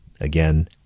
Again